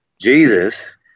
Jesus